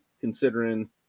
considering